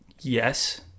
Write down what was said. Yes